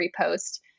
repost